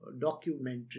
documentary